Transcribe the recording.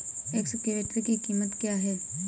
Excavator की कीमत क्या है?